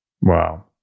Wow